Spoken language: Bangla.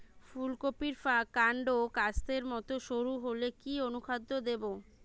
ফুলকপির কান্ড কাস্তের মত সরু হলে কি অনুখাদ্য দেবো?